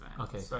Okay